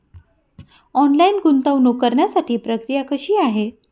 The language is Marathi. ऑनलाईन गुंतवणूक करण्यासाठी प्रक्रिया कशी आहे?